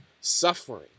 suffering